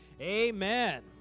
amen